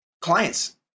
clients